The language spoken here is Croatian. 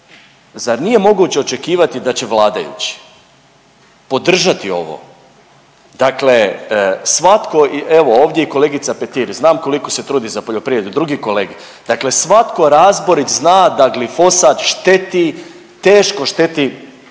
zar nije moguće za očekivati da će vladajući podržati ovo, dakle svatko, evo, ovdje je kolegica Petir, znam koliko se trudi za poljoprivredu, drugi kolege, dakle svatko razborit zna da glifosat šteti, teško šteti zdravlju